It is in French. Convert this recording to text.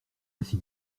ainsi